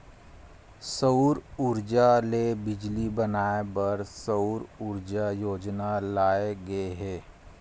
सउर उरजा ले बिजली बनाए बर सउर सूजला योजना लाए गे हे